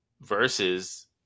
versus